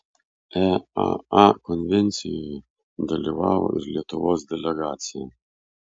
eaa konvencijoje dalyvavo ir lietuvos delegacija